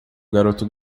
garoto